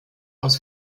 aus